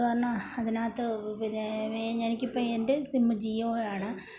അത്കാരണം അതിനകത്ത് പിന്നേ എനിക്കിപ്പം എൻ്റെ സിമ്മ് ജിയോയാണ്